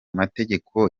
mategeko